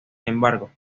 embargo